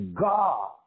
God